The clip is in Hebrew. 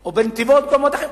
או בנתיבות או במקומות אחרים?